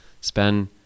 spend –